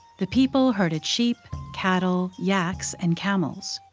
the people herded sheep, cattle, yaks and camels.